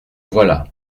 voilà